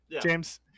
James